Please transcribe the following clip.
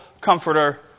comforter